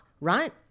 right